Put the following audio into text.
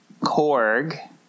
Korg